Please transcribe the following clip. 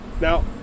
Now